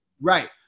Right